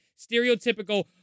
stereotypical